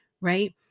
right